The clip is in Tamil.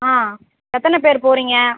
ஆ எத்தனை பேர் போகறீங்க